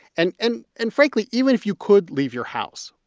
and and and, frankly, even if you could leave your house,